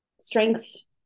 strengths